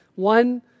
One